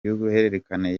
y’uruhererekane